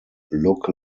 look